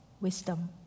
wisdom